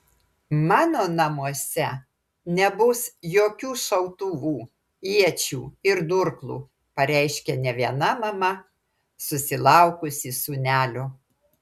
mano namuose nebus jokių šautuvų iečių ir durklų pareiškia ne viena mama susilaukusi sūnelio